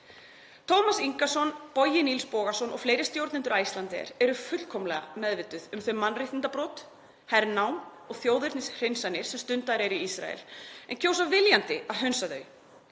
Tómas Ingason, Bogi Nils Bogason og fleiri stjórnendur Icelandair eru fullkomlega meðvituð um þau mannréttindabrot, hernám og þjóðernishreinsanir sem stundaðar eru í Ísrael en kjósa viljandi að hunsa þau.